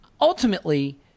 ultimately